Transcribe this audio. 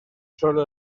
solo